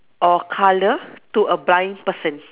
or colour to a blind person